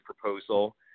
proposal